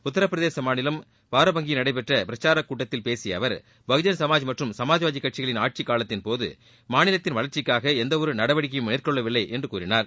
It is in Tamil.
உத்தரப்பிரதேச மாநிலம் பாரபங்கியில் நடைபெற்ற பிரச்சாரக் கூட்டத்தில் பேசிய அவர் பகுஜன் சுமாஜ் மற்றும் சமாஜ்வாதிக்கட்சிகளின் ஆட்சி காலத்தின்போது மாநிலத்தின் வளர்ச்சிக்காக எந்தவொரு நடவடிக்கையும் மேற்கொள்ளவில்லை என்று கூறினார்